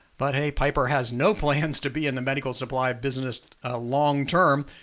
but hey, piper has no plans to be in the medical supply business long term.